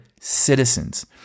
citizens